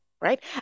right